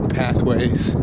pathways